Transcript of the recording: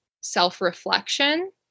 self-reflection